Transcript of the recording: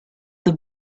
the